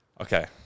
okay